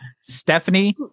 Stephanie